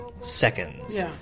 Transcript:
seconds